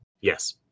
yes